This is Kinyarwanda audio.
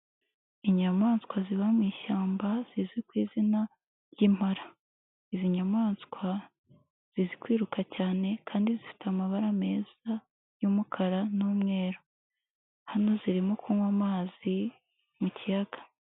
Inyamaswa ziba mu ishyamba zizwi ku izina ry'Impara, izi nyamaswa zizi kwiruka cyane kandi zifite amabara meza y'umukara n'umweru, hano zirimo kunywa amazi mu kiyaga.